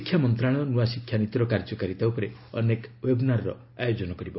ଶିକ୍ଷା ମନ୍ତ୍ରଣାଳୟ ନୂଆ ଶିକ୍ଷାନୀତିର କାର୍ଯ୍ୟକାରିତା ଉପରେ ଅନେକ ଓ୍ବେବ୍ନାରର ଆୟୋଜନ କରିବ